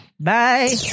bye